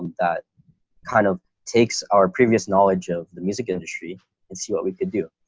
that kind of takes our previous knowledge of the music industry and see what we could do.